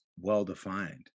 well-defined